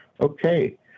Okay